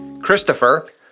Christopher